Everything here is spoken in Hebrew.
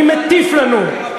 מי מטיף לנו?